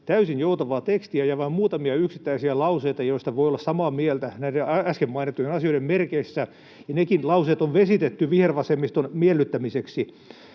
täysin joutavaa tekstiä ja vain muutamia yksittäisiä lauseita, joista voi olla samaa mieltä näiden äsken mainittujen asioiden merkeissä, ja nekin lauseet [Vastauspuheenvuoropyyntöjä] on vesitetty vihervasemmiston miellyttämiseksi.